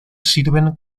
sirven